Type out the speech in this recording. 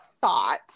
thought